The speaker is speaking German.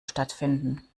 stattfinden